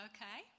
Okay